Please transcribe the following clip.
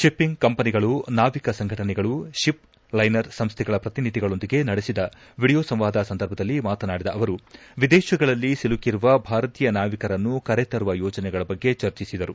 shipping ಕಂಪನಿಗಳು ನಾವಿಕ ಸಂಘಟನೆಗಳು ಶಿಪ್ ಲೈನರ್ ಸಂಸ್ಥೆಗಳ ಪ್ರತಿನಿಧಿಗಳೊಂದಿಗೆ ನಡೆಸಿದ ಎಡಿಯೋ ಸಂವಾದ ಸಂದರ್ಭದಲ್ಲಿ ಮಾತನಾಡಿದ ಅವರು ಎದೇಶಗಳಲ್ಲಿ ಸಿಲುಕುವ ಭಾರತೀಯ ನಾವಿಕರನ್ನು ಕರೆತರುವ ಯೋಜನೆಗಳ ಬಗ್ಗೆ ಚರ್ಚಿಸಿದರು